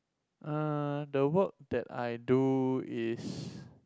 uh the work that I do is